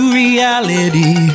reality